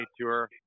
Tour